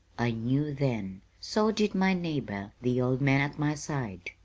i knew then. so did my neighbor, the old man at my side.